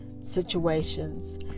situations